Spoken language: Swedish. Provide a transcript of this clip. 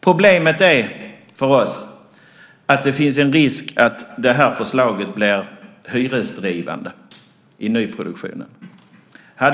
Problemet är för oss att det finns en risk att det här förslaget blir hyresdrivande i nyproduktionen.